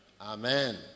Amen